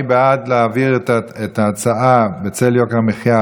מי בעד להעביר את ההצעה בנושא: בצל יוקר המחיה: